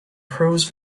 pros